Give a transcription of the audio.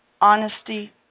honesty